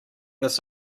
this